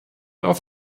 auf